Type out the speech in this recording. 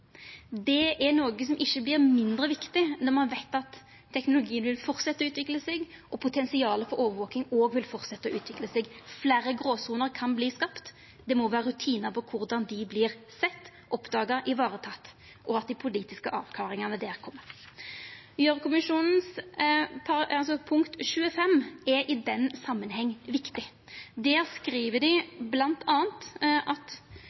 er noko som ikkje vert mindre viktig når ein veit at teknologien vil fortsetja å utvikla seg, og at potensialet for overvaking òg vil fortsetja å utvikla seg. Fleire gråsoner kan verta skapte, og det må vera rutinar for korleis dei vert sett, oppdaga og tekne vare på, og at dei politiske avklaringane der kjem. Punkt 25 i Gjørv-kommisjonens rapport er i den samanhengen viktig. Der skriv